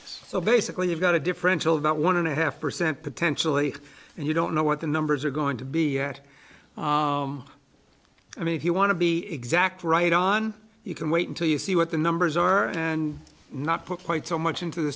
so basically you've got a differential about one and a half percent potentially and you don't know what the numbers are going to be at i mean he want to be exact right on you can wait until you see what the numbers are and not put quite so much into the